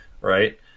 right